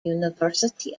university